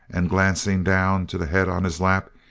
and glancing down to the head on his lap,